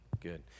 Good